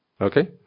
Okay